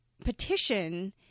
petition